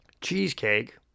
Cheesecake